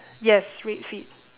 yes red feet